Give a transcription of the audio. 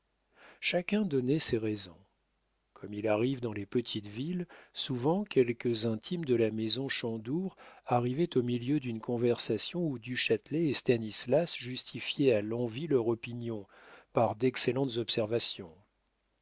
chacun donnait ses raisons comme il arrive dans les petites villes souvent quelques intimes de la maison chandour arrivaient au milieu d'une conversation où du châtelet et stanislas justifiaient à l'envi leur opinion par d'excellentes observations